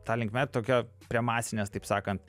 ta linkme tokia prie masinės taip sakant